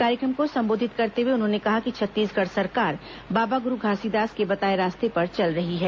कार्यक्रम को सम्बोधित करते हुए उन्होंने कहा कि छत्तीसगढ़ सरकार बाबा गुरू घासीदास के बताए रास्ते पर चल रही है